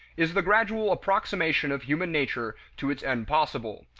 is the gradual approximation of human nature to its end possible.